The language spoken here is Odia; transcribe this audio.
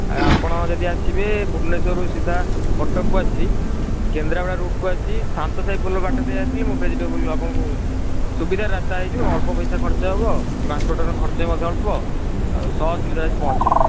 ଆପଣ ଯଦି ଆସିବେ ଭୁବନେଶ୍ୱରରୁ ସିଧା କଟକକୁ ଆସି କେନ୍ଦ୍ରାପଡ଼ା ରୁଟକୁ ଆସି ଶାନ୍ତ ସାହି ପୋଲ ବାଟ ଦେଇ ଆସିଲେ ମୋ ଭେଜିଟେବୁଲ ଆପଣଙ୍କୁ ସୁବିଧା ରାସ୍ତା ହୋଇଯିବ ଅଳ୍ପ ପଇସା ଖର୍ଚ୍ଚ ହେବ ଖର୍ଚ୍ଚ ମଧ୍ୟ ହେବ ଆଉ ସହଜ ସୁବିଧାରେ ପହଞ୍ଚି ଯିବେ